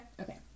Okay